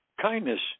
kindness